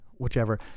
whichever